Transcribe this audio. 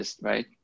right